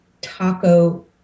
Taco